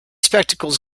spectacles